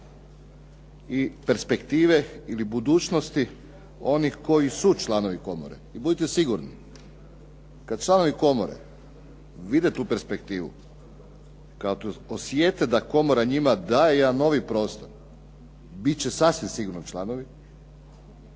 i perspektive ili budućnosti onih koji su članovi komore. I budite sigurni kad članovi komore vide tu perspektivu, kad osjete da komora njima daje jedan novi prostor bit će sasvim sigurno članovi